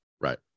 Right